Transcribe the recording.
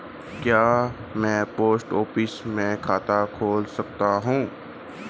क्या मैं post office में खाता खोल सकता हूँ?